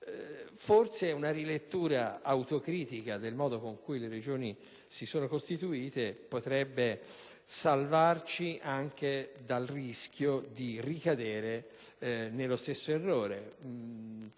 però, una rilettura autocritica del modo con cui le Regioni si sono costituite potrebbe salvarci anche dal rischio di ricadere nello stesso errore.